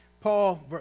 Paul